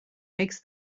makes